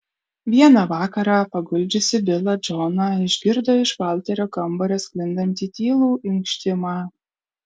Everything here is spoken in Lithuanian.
vieną vakarą paguldžiusi bilą džoną išgirdo iš valterio kambario sklindantį tylų inkštimą